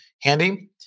handy